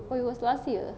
oh it was last year